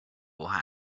will